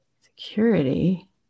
security